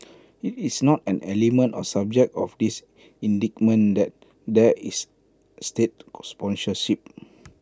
IT is not an element or subject of this indictment that there is state sponsorship